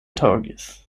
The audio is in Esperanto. taŭgis